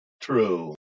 true